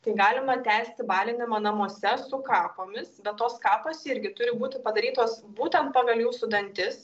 tai galima tęsti balinimą namuose su kapomis bet tos kapos irgi turi būti padarytos būtent pagal jūsų dantis